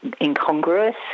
incongruous